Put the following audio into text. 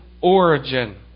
origin